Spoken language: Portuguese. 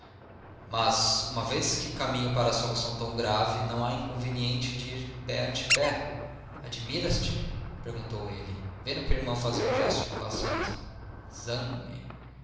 mas uma vez que caminho para solução tão grave não há inconveniente em ir pé ante pé admiras te perguntou ele vendo que a irmã fazia um gesto de impaciência